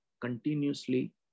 continuously